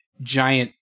giant